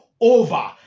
over